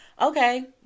okay